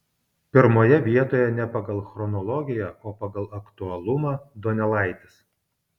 pirmoje vietoje ne pagal chronologiją o pagal aktualumą donelaitis